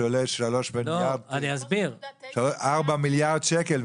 שעולה 4 מיליארד שקל,